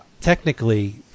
Technically